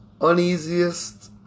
uneasiest